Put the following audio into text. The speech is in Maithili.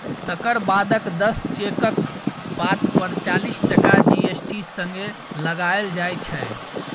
तकर बादक दस चेकक पात पर चालीस टका जी.एस.टी संगे लगाएल जाइ छै